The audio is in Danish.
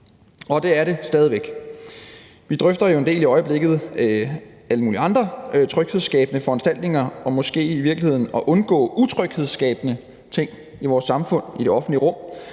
og det er det stadig væk. Vi drøfter jo i øjeblikket en del alle mulige andre tryghedsskabende foranstaltninger og måske i virkeligheden at undgå utryghedsskabende ting i det offentlige rum.